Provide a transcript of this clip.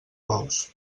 bous